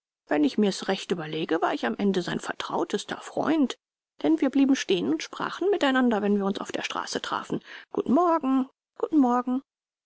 wenn ich mir's recht überlege war ich am ende sein vertrautester freund denn wir blieben stehen und sprachen miteinander wenn wir uns auf der straße trafen guten morgen guten morgen